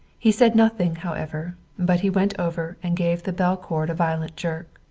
he said nothing, however, but he went over and gave the bell cord a violent jerk.